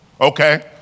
okay